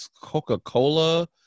Coca-Cola